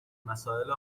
مسائل